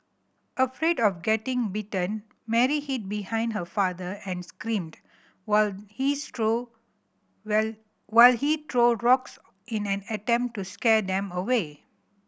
afraid of getting bitten Mary hid behind her father and screamed while he threw while while he threw rocks in an attempt to scare them away